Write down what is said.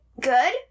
good